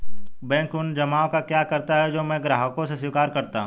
Bank उन जमाव का क्या करता है जो मैं ग्राहकों से स्वीकार करता हूँ?